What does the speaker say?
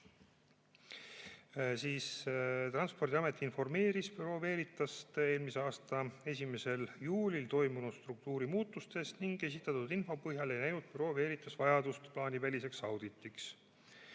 Transpordiamet informeeris Bureau Veritast eelmise aasta 1. juulil toimunud struktuurimuutustest ning esitatud info põhjal ei näinud Bureau Veritas vajadust plaaniväliseks auditiks.